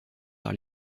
par